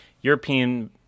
European